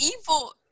evil